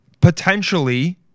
potentially